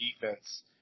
Defense